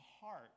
heart